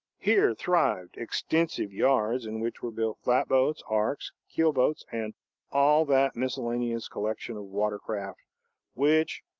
here thrived extensive yards in which were built flatboats, arks, keel boats, and all that miscellaneous collection of water craft which,